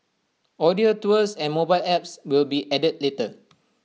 audio tours and mobile apps will be added later